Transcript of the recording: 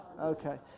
Okay